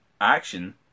action